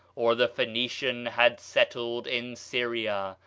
or the phoenician had settled in syria,